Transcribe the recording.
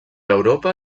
europa